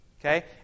Okay